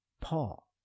Paul